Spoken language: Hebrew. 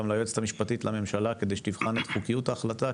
גם ליועצת המשפטית לממשלה כדי שתבחן את חוקיות ההחלטה,